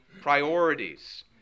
priorities